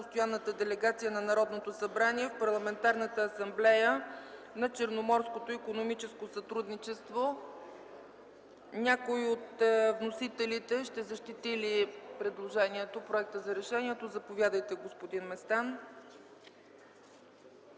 Постоянната делегация на Народното събрание в Парламентарната асамблея на Черноморското икономическо сътрудничество. Някои от вносителите ще защити ли предложението, ще защити ли проекта за решение? Заповядайте, господин Местан.